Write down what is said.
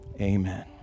Amen